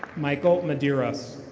michael mideras.